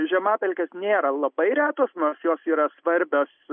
žemapelkės nėra labai retos nors jos yra svarbios